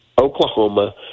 Oklahoma